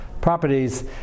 properties